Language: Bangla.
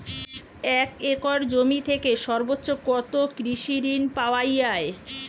এক একর জমি থেকে সর্বোচ্চ কত কৃষিঋণ পাওয়া য়ায়?